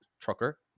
Trucker